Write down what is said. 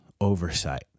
Oversight